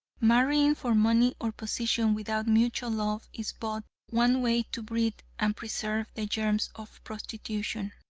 marrying for money or position without mutual love is but one way to breed and preserve the germs of prostitution.